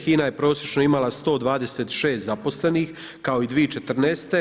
HINA je prosječno imala 126 zaposlenih, kao i 2014.